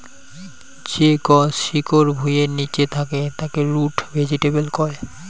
যে গছ শিকড় ভুঁইয়ের নিচে থাকে তাকে রুট ভেজিটেবল কয়